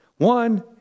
One